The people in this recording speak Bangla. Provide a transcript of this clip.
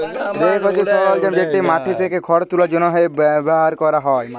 রেক হছে সরলজাম যেট মাটি থ্যাকে খড় তুলার জ্যনহে ব্যাভার ক্যরা হ্যয়